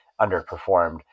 underperformed